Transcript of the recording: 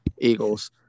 Eagles